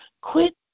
Quit